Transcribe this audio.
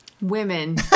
Women